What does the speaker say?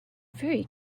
very